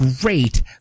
great